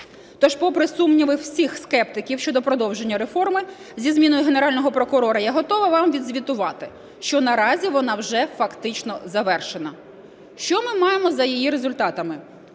Тож попри сумніви всіх скептиків щодо продовження реформи зі зміною Генерального прокурора, я готова вам відзвітувати, що наразі вона вже фактично завершена. Що ми маємо за її результатами?